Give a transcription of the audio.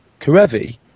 Karevi